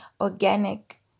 organic